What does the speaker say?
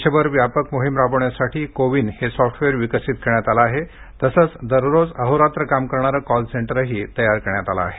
देशभर ही व्यापक मोहीम राबवण्यासाठी को विन हे सॉफ्टवेअर विकसित करण्यात आलं आहे तसंच दररोज अहोरात्र काम करणारं कॉल सेंटरही तयार करण्यात आलं आहे